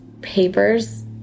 papers